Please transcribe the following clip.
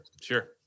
sure